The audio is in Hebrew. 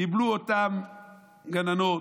קיבלו אותן גננות,